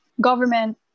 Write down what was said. government